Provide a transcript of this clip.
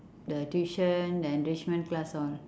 the tuition the enrichment class all